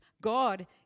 God